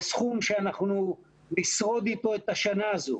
זה סכום שאנחנו נשרוד איתו את השנה הזאת.